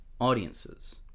audiences